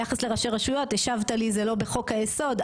ביחס לראשי רשויות השבת לי זה לא בחוק היסוד,